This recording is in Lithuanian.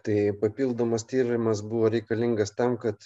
tai papildomas tyrimas buvo reikalingas tam kad